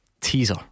teaser